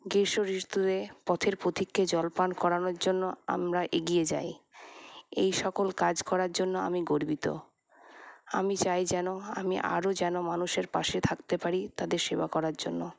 গ্রীষ্ম ঋতুতে পথের পথিককে জলপান করানোর জন্য আমরা এগিয়ে যাই এই সকল কাজ করার জন্য আমি গর্বিত আমি চাই যেন আমি আরও যেন মানুষের পাশে থাকতে পারি তাদের সেবা করার জন্য